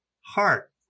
Heart